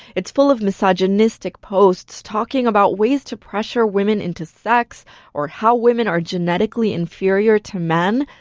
it's full of misogynistic posts, talking about ways to pressure women into sex or how women are genetically inferior to men.